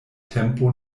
tempo